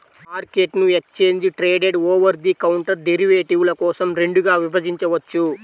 మార్కెట్ను exchange traded, over the counter డెరివేటివ్ల కోసం రెండుగా విభజించవచ్చు